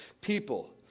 people